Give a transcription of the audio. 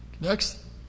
Next